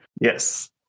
Yes